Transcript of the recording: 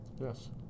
Yes